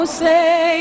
say